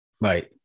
Right